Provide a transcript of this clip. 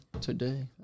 today